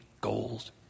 goals